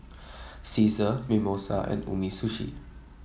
Cesar Mimosa and Umisushi